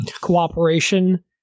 cooperation